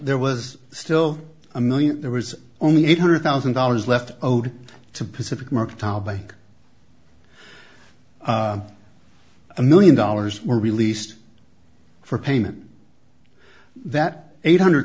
there was still a million there was only eight hundred thousand dollars left owed to pacific marked out by a million dollars were released for payment that eight hundred